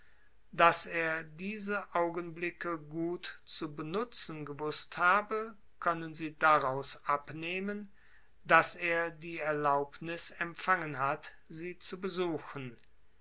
daß er diese augenblicke gut zu benutzen gewußt habe können sie daraus abnehmen daß er die erlaubnis empfangen hat sie zu besuchen